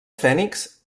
phoenix